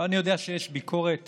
אני יודע שיש ביקורת